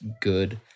good